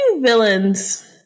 villains